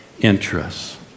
interests